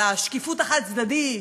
על השקיפות החד-צדדית,